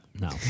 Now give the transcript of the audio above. no